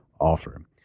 offer